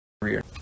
career